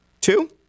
Two